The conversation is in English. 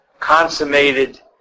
consummated